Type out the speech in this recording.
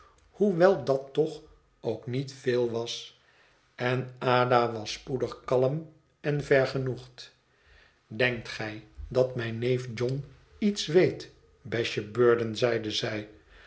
hoewel dat toch ook niet veel was en ada was spoedig kalm en vergenoegd denkt gij dat mijn neef john iets weet besje durden zeide zij